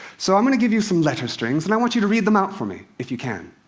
so i'm going to give you some letter strings, and i want you to read them out for me, if you can.